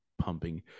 pumping